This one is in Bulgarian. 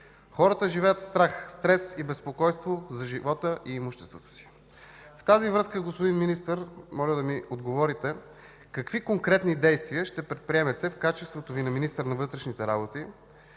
Хората живеят в страх, стрес и безпокойство за живота и имуществото си. В тази връзка, господин Министър, моля да ми отговорите какви конкретни действия ще предприемете в качеството Ви на министър на вътрешните работи